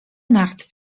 martw